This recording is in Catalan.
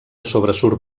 sobresurt